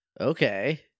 okay